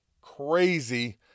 crazy